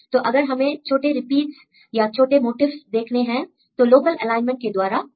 तो अगर हमें छोटे रिपीट्स या छोटे मोटिफ्स देखने हैं तो लोकल एलाइनमेंट के द्वारा पा सकते हैं